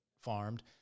farmed